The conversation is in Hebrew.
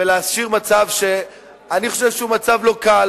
ולאפשר מצב שאני חושב שהוא מצב לא קל,